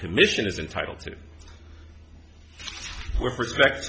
commission is entitled to respect